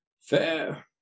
Fair